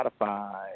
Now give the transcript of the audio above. Spotify